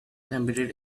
embedded